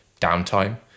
downtime